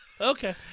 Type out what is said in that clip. okay